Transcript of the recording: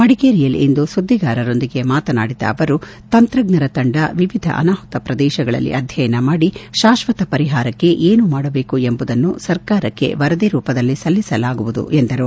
ಮಡಿಕೇರಿಯಲ್ಲಿಂದು ಸುದ್ದಿಗಾರರೊಂದಿಗೆ ಮಾತನಾಡಿದ ಅವರು ತಂತ್ರಜ್ಞರ ತಂಡ ವಿವಿಧ ಅನಾಹುತ ಪ್ರದೇಶಗಳಲ್ಲಿ ಅಧ್ಯಯನ ಮಾಡಿ ಶಾಶ್ವತ ಪರಿಹಾರಕ್ಕೆ ಏನು ಮಾಡಬೇಕು ಎಂಬುದನ್ನು ಸರ್ಕಾರಕ್ಕೆ ವರದಿ ರೂಪದಲ್ಲಿ ಸಲ್ಲಿಸಲಾಗುವುದು ಎಂದರು